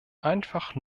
einfach